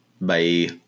Bye